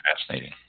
fascinating